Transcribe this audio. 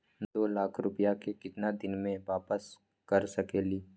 दो लाख रुपया के केतना दिन में वापस कर सकेली?